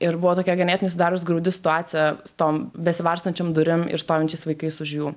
ir buvo tokia ganėtinai susidarius graudi situacija su tom besivartančiom durim ir stovinčiais vaikais už jų